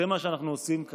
זה מה שאנחנו עושים כאן.